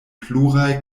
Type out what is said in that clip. pluraj